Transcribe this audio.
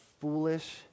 foolish